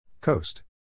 Coast